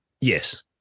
yes